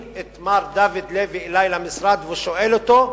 את מר דוד לוי אלי למשרד ושואל אותו: